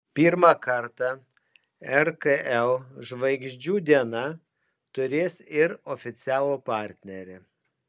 pirmą kartą rkl žvaigždžių diena turės ir oficialų partnerį